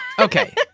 Okay